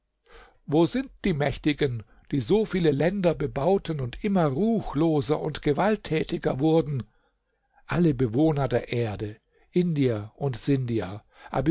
wo sind die mächtigen die so viele länder bebauten und immer ruchloser und gewalttätiger wurden alle bewohner der erde indier und sindier